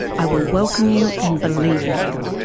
i will welcome you and believe in you.